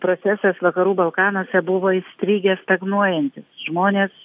procesas vakarų balkanuose buvo įstrigęs stagnuojantis žmonės